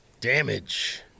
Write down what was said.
Damage